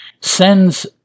Sends